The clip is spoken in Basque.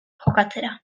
jokatzera